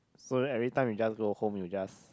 so everytime you just go home you will just